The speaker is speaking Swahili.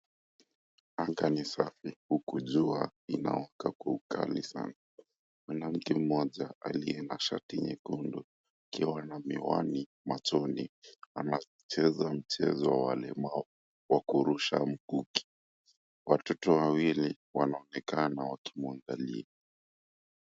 Anga ni safi huku jua inawaka kwa ukali sana. Mwanamke mmoja aliye na shati nyekundu akiwa na miwani machoni, anacheza mchezo wa walemavu wa kurusha mkuki. Watoto wawili wanaoonekana wakimwangalia.